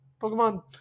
Pokemon